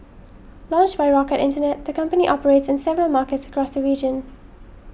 launched by Rocket Internet the company operates in several markets across the region